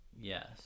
Yes